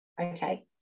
Okay